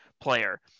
player